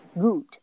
good